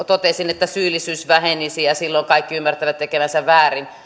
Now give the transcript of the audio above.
totesin siitä että syyllisyys vähenisi ja silloin kaikki ymmärtävät tekevänsä väärin